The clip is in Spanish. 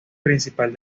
principal